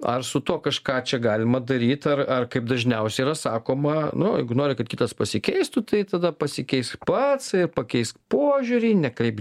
ar su tuo kažką čia galima daryti ar ar kaip dažniausiai yra sakoma na jeigu nori kad kitas pasikeistų tai tada pasikeisk pats ir pakeisk požiūrį nekreipk